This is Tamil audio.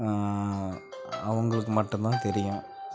அவங்களுக்கு மட்டும் தான் தெரியும்